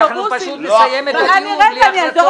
פשוט נסיים את הדיון בלי החלטות.